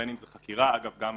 בין אם זה חקירה אגב,